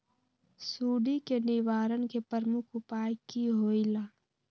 सुडी के निवारण के प्रमुख उपाय कि होइला?